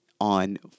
on